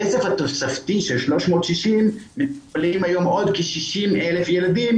בכסף התוספתי של 360 מטופלים היום עוד כ-60,000 ילדים